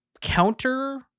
counter-